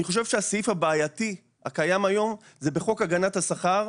אני חושב שהסעיף הבעייתי הקיים היום זה בחוק הגנת השכר,